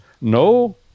no